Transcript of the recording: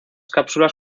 cápsulas